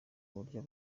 uburyo